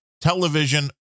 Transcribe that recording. television